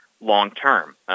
long-term